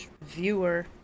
viewer